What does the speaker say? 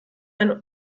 eine